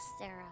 Sarah